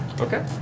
Okay